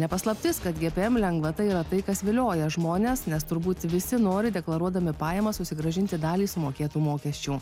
ne paslaptis kad gpm lengvata yra tai kas vilioja žmones nes turbūt visi nori deklaruodami pajamas susigrąžinti dalį sumokėtų mokesčių